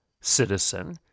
citizen